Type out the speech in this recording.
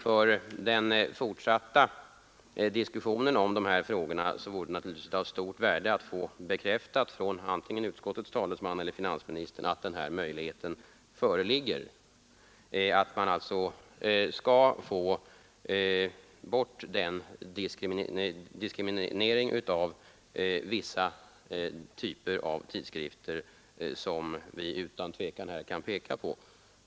För den fortsatta diskussionen om denna fråga vore det naturligtvis av stort värde att få bekräftat från antingen utskottets talesman eller finansministern, att denna möjlighet föreligger att få bort den diskriminering av tidskrifter av vissa typer som vi utan tvekan här kan peka på.